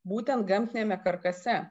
būtent gamtiniame karkase